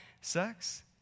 sex